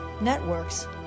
networks